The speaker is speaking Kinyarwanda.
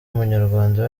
munyarwanda